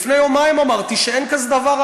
לפני יומיים אמרתי שאין כזה דבר,